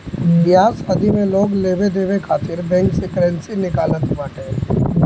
बियाह शादी में लोग लेवे देवे खातिर बैंक से करेंसी निकालत बाटे